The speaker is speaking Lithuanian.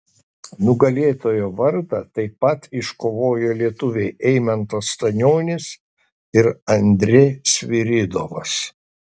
nugalėtojo vardą taip pat iškovojo lietuviai eimantas stanionis ir andrė sviridovas